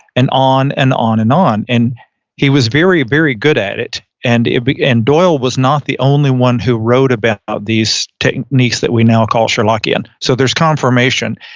and on and on and on. and he was very, very good at it and it, and doyle was not the only one who wrote about ah these techniques that we now call sherlockian. so there's confirmation,